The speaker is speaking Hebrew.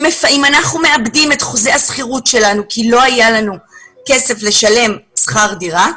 אם אנחנו מאבדים את חוזה השכירות שלנו כי לא היה לנו כסף לשלם שכר דירה,